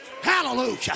hallelujah